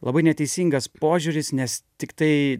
labai neteisingas požiūris nes tiktai